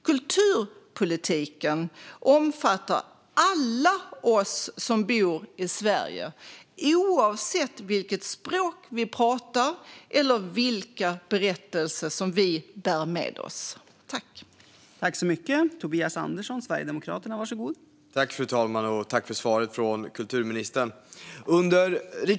Kulturpolitiken omfattar alla oss som bor i Sverige, oavsett vilket språk vi pratar eller vilka berättelser som vi bär med oss.